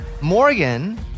Morgan